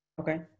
Okay